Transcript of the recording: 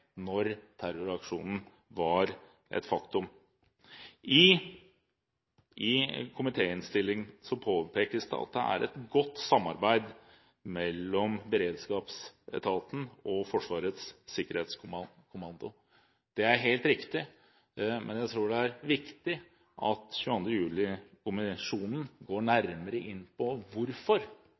terroraksjonen var et faktum. I innstillingen fra komiteen påpekes det at det er et godt samarbeid mellom beredskapstroppen og Forsvarets spesialkommando. Det er helt riktig, men jeg tror det er viktig at 22. juli-kommisjonen går nærmere inn på hvorfor